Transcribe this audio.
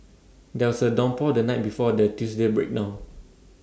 there was A downpour the night before the Tuesday breakdown